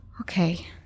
Okay